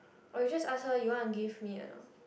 or just ask her you want give me a lot